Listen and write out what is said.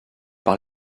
par